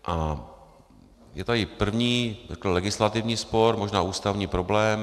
A je tady první legislativní spor, možná ústavní problém.